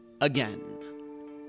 again